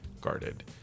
guarded